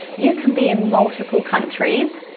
you can be in multiple countries,